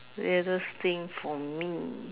weirdest thing for me